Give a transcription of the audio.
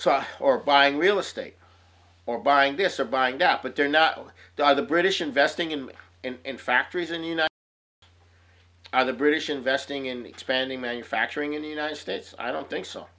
saw or buying real estate or buying this or buying duck but they're not over by the british investing in and factories and you know are the british investing in expanding manufacturing in the united states i don't think so